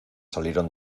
salieron